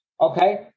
Okay